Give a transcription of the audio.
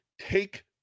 take